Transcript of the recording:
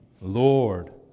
Lord